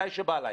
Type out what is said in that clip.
מתי שבא להן.